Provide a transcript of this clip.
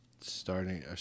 Starting